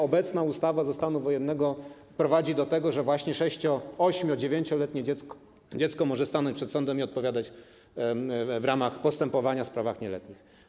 Obecna ustawa z czasów stanu wojennego prowadzi do tego, że właśnie 6-, 8-, 9-letnie dziecko może stanąć przed sądem i odpowiadać w ramach postępowania w sprawach nieletnich.